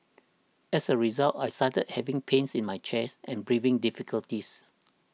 as a result I started having pains in my chest and breathing difficulties